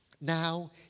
now